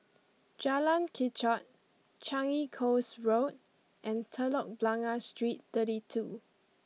Jalan Kechot Changi Coast Road and Telok Blangah Street thirty two